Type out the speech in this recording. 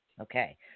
Okay